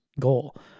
goal